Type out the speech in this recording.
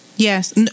Yes